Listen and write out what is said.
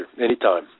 anytime